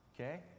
Okay